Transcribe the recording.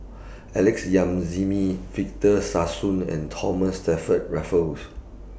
Alex Yam Ziming Victor Sassoon and Thomas Stamford Raffles